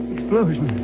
Explosion